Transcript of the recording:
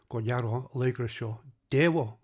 ko gero laikraščio tėvo